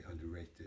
underrated